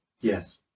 yes